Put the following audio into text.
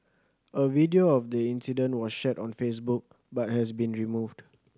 a video of the incident was shared on Facebook but has been removed